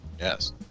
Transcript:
Yes